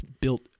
built